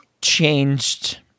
changed